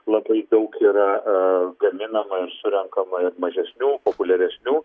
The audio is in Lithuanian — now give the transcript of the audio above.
labai daug yra gaminama ir surenkama ir mažesnių populiaresnių